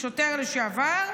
שוטר לשעבר?